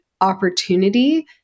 opportunity